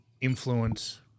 influence